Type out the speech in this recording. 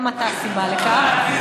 גם אתה סיבה לכך.